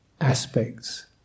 aspects